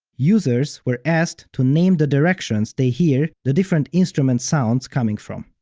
users were asked to name the directions they hear the different instrument sounds coming from.